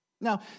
Now